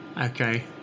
Okay